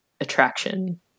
attraction